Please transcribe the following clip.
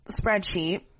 spreadsheet